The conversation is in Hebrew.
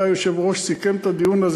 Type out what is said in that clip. אחריה היושב-ראש סיכם את הדיון.